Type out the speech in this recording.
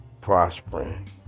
prospering